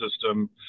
system